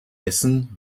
essen